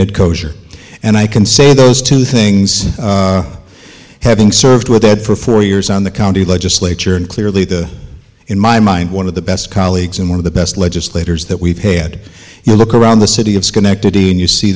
that cocksure and i can say those two things having served with that for four years on the county legislature and clearly the in my mind one of the best colleagues and one of the best legislators that we've had and look around the city of schenectady and you see